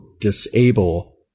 disable